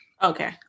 Okay